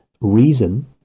reason